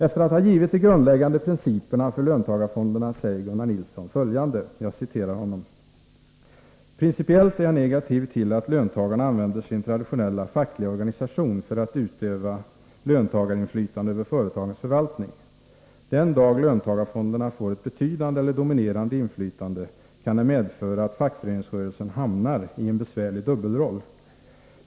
Efter att ha givit de grundläggande principerna för löntagarfonderna säger Gunnar Nilsson följande: ”Principiellt är jag negativ till att löntagarna använder sin traditionella fackliga organisation för att utöva löntagarinflytande över företagens förvaltning. Den dag löntagarfonderna får ett betydande eller dominerande inflytande kan det medföra att fackföreningsrörelsen hamnar i en besvärlig dubbelroll.